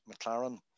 McLaren